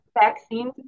vaccine